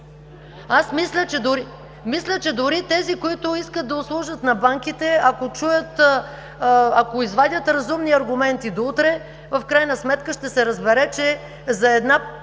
Аз мисля, че дори тези, които искат да услужат на банките, ако извадят разумни аргументи до утре, в крайна сметка ще се разбере, че за една